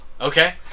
Okay